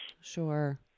Sure